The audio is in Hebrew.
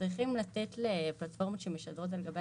- צריכים לתת לפלטפורמות שמשדרות על גבי